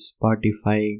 Spotify